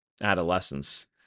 adolescence